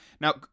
Now